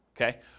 okay